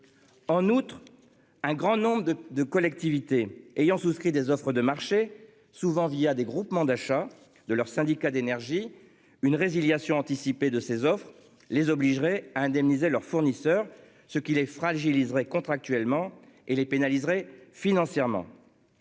En outre, un grand nombre de de collectivités ayant souscrit des offres de marché souvent via des groupements d'achats de leurs syndicats d'énergie une résiliation anticipée de ces offres les obligeraient à indemniser leurs fournisseurs. Ce qui les fragiliseraient contractuellement et les pénaliserait financièrement.